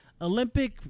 Olympic